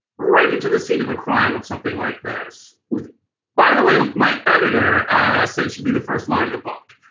right into the scene of a crime of something like this. which by the way my editor said should be the first line of the book.